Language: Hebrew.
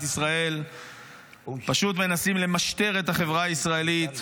ישראל פשוט מנסים למשטר את החברה הישראלית.